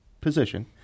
position